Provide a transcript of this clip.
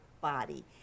body